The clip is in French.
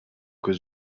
cause